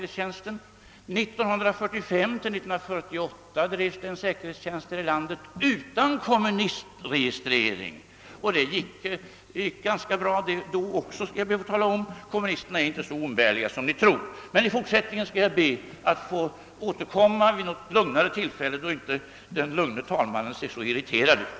1945— 1948 drevs en säkerhetstjänst här i landet utan kommunistregister och det gick ganska bra då också. Kommunisterna är inte så oumbärliga som Ni tror. Till övriga frågor skall jag be att få återkomma vid något lugnare tillfälle då inte den lugne talmannen ser så irriterad ut.